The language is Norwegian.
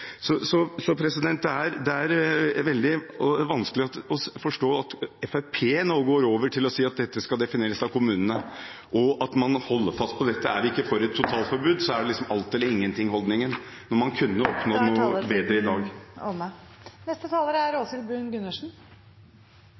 Det er veldig vanskelig å forstå at Fremskrittspartiet nå går over til å si at dette skal defineres av kommunene, og at man holder fast på at er man ikke for et totalforbud, er det liksom alt eller ingenting – når man kunne oppnådd noe bedre i dag.